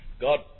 God